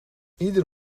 ieder